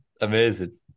Amazing